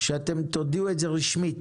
שתודיעו את זה רשמית